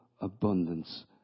abundance